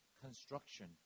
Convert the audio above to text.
construction